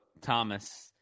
Thomas